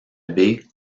baie